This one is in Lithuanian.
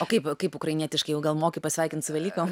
o kaip kaip ukrainietiškai jau gal moki pasveikint su velykom